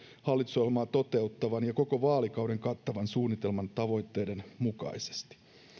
hallitusohjelmaa toteuttavan ja koko vaalikauden kattavan suunnitelman tavoitteiden mukaisesti